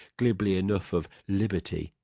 glibly enough of liberty.